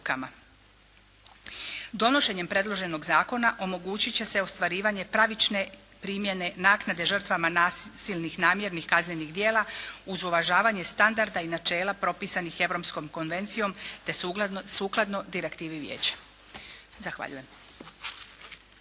Donošenjem predloženog zakona omogućit će se ostvarivanje pravične primjene naknade žrtvama nasilnih namjernih kaznenih djela uz uvažavanje standarda i načela propisanih europskom konvencijom te sukladno direktivi Vijeća. Zahvaljujem.